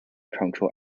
control